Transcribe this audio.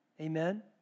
Amen